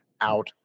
out